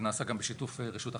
זה נעשה בשיתוף רשות החברות.